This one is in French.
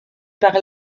par